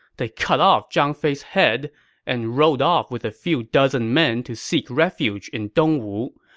they cut off zhang fei's head and rode off with a few dozen men to seek refuge in dongwu.